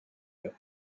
heure